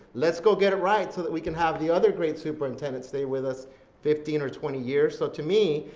let's go get it right, so we can have the other great superintendent stay with us fifteen or twenty years. so to me,